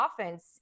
offense